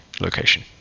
location